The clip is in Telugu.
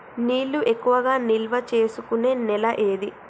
నీళ్లు ఎక్కువగా నిల్వ చేసుకునే నేల ఏది?